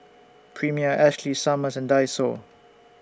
Premier Ashley Summers and Daiso